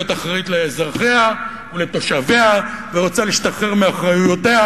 אחראית לאזרחיה ולתושביה ורוצה להשתחרר מאחריויותיה.